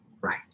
Right